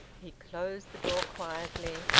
he closed the door quietly,